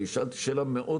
אני לא שאלתי על --- כלכלי.